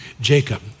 Jacob